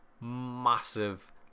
massive